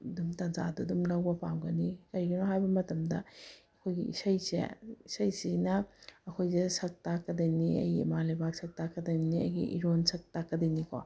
ꯑꯗꯨꯝ ꯇꯟꯖꯥꯗꯨ ꯑꯗꯨꯝ ꯂꯧꯕ ꯄꯥꯝꯒꯅꯤ ꯀꯩꯒꯤꯅꯣ ꯍꯥꯏꯕ ꯃꯇꯝꯗ ꯑꯩꯈꯣꯏꯒꯤ ꯏꯁꯩꯁꯦ ꯏꯁꯩ ꯁꯤꯅ ꯑꯩꯈꯣꯏꯁꯦ ꯁꯛ ꯇꯥꯛꯀꯗꯕꯅꯤ ꯑꯩꯒꯤ ꯏꯃꯥ ꯂꯩꯕꯥꯛ ꯁꯛ ꯇꯥꯛꯀꯗꯕꯅꯤ ꯑꯩꯒꯤ ꯏꯔꯣꯟ ꯁꯛ ꯇꯥꯛꯀꯗꯣꯏꯅꯤꯀꯣ